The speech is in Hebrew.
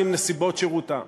לנסיבות שבהן